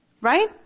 Right